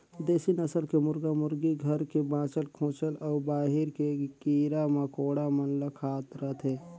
देसी नसल के मुरगा मुरगी घर के बाँचल खूंचल अउ बाहिर के कीरा मकोड़ा मन ल खात रथे